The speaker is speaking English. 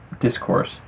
discourse